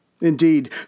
Indeed